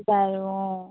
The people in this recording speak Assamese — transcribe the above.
বাৰু অঁ